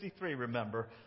remember